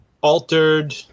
altered